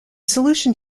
solution